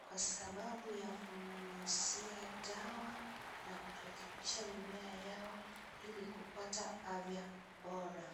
kwa sababu ya kunyunyizia dawa na kurekebisha mimea yao ili kupata afya bora.